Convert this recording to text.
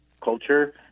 culture